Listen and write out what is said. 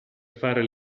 fare